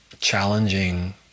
challenging